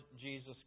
Jesus